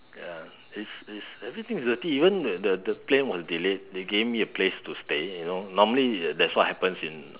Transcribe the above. ya it's it's everything is dirty even the the plane was delayed they gave me a place to stay you know normally that's what happens in